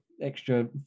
extra